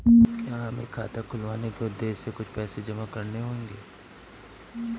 क्या हमें खाता खुलवाने के उद्देश्य से कुछ पैसे जमा करने होंगे?